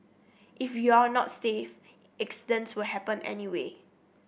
if you're not safe accidents will happen anyway